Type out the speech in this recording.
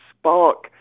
spark